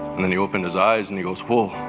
and then he opened his eyes and he goes woah.